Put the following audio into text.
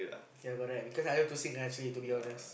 ya got that because I want to sing largely to be honest